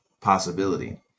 possibility